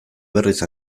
berriz